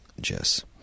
Jess